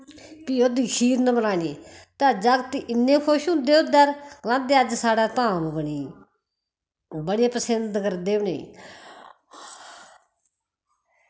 फ्ही ओह्दी खीरन बनानी तै जाकत इन्ने खुश होंदे उद्दै र गलांदे अज्ज साढ़ै धाम बनी दी ओ बड़े पसिंद करदे उ'नेई